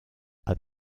are